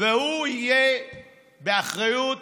והוא יהיה באחריות